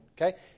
okay